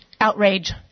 outrage